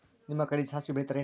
ನಿಮ್ಮ ಕಡೆ ಸಾಸ್ವಿ ಬೆಳಿತಿರೆನ್ರಿ?